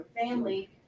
family